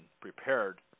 prepared